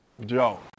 Joe